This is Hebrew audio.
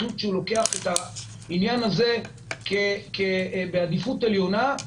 החליט שהוא שם את העניין הזה בעדיפות עליונה.